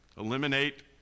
Eliminate